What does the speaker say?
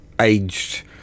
aged